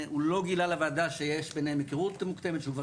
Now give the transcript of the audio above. הוא לא גילה לוועדה שיש ביניהם היכרות מוקדמת שהוא כבר